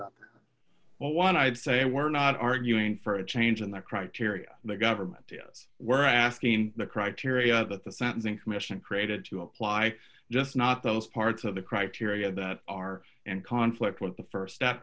about the one i'd say we're not arguing for a change in the criteria the government has we're asking the criteria that the sentencing commission created to apply just not those parts of the criteria that are in conflict with the st step